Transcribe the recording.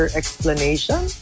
explanation